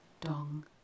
dong